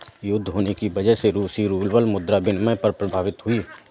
युद्ध होने की वजह से रूसी रूबल मुद्रा विनिमय दर प्रभावित हुई